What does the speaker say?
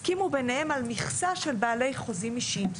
הסכימו ביניהם על מכסה של בעלי חוזים אישיים,